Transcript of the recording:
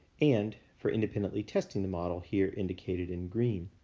and for independently testing the model, here indicated in green.